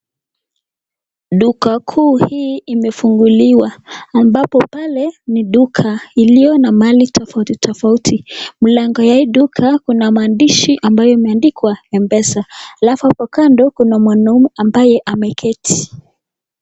Duka kuu hii imefunguliwa ambapo pale ni duka iliyo na mali tafauti tafauti, mlango hii kuna mandishi ambaye imeandikwa mpesa alafu hapo kando kuna mwanaume ambaye ameketi.